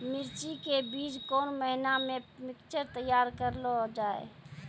मिर्ची के बीज कौन महीना मे पिक्चर तैयार करऽ लो जा?